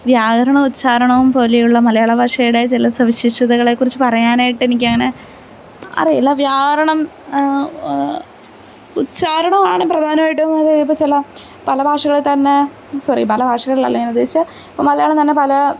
വ്യാകരണ ഉച്ഛാരണവും പോലെയുള്ള മലയാള ഭാഷയുടെ ചില സവിശേഷതകളെക്കുറിച്ച് പറയാനായിട്ട് എനിക്കങ്ങനെ അറിയില്ല വ്യാകരണം ഉച്ഛാരണമാണ് പ്രധാനമായിട്ടും അത് ഇപ്പം ചില പല ഭാഷകളിൽത്തന്നെ സോറി പല ഭാഷകളിലല്ല ഞാനുദ്ദേശിച്ചത് ഇപ്പം മലയാളംതന്നെ പല